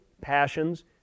passions